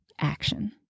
action